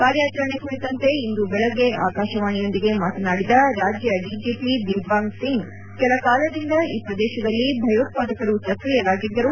ಕಾರ್ಯಾಚರಣೆ ಕುರಿತಂತೆ ಇಂದು ಬೆಳಗ್ಗೆ ಆಕಾಶವಾಣಿಯೊಂದಿಗೆ ಮಾತನಾಡಿದ ರಾಜ್ಯ ಡಿಜಿಪಿ ದಿಲ್ಬಾಗ್ಸಿಂಗ್ ಕೆಲ ಕಾಲದಿಂದ ಈ ಪ್ರದೇಶದಲ್ಲಿ ಭಯೋತ್ವಾದಕರ ಸಕ್ರಿಯರಾಗಿದ್ದರು